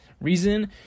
reason